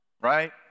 right